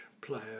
player